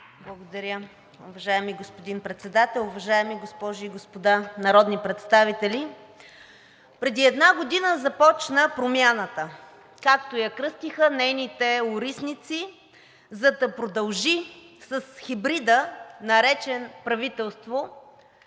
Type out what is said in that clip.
Благодаря. Уважаеми господин Председател, уважаеми госпожи и господа народни представители! Преди една година започна промяната, както я кръстиха нейните орисници, за да продължи с хибрида, наречен правителство,